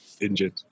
injured